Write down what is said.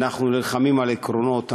אנחנו נלחמים על עקרונות,